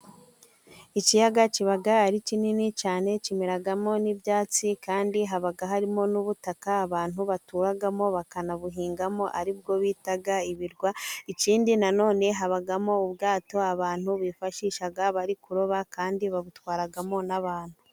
Ikiyaga kiba ari kinini cyane, kimeramo n'ibyatsi, kandi haba harimo n'ubutaka, abantu baturamo bakanabuhingamo ari bwo bita ibirwa, ikindi nanone habamo ubwato abantu bifashisha bari kuroba, kandi babutwaramo n'abantu.